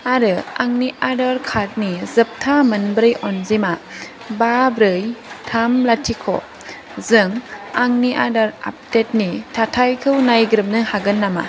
आरो आंनि आदार कार्डनि जोबथा मोनब्रै अनजिमा बा ब्रै थाम लाथिख' जों आंनि आदार आपडेट नि थाथायखौ नायग्रोबनो हागोन नामा